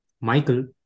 Michael